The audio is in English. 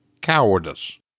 cowardice